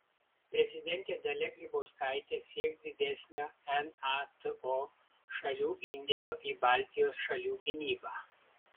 prezidentė dalia grybauskaitė sieks didesnio nato šalių indėlio į baltijos šalių gynybą